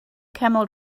camel